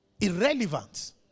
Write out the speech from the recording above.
irrelevant